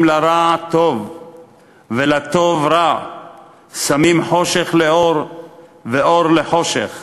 לרע טוב ולטוב רע שמים חשך לאור ואור לחשך